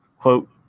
Quote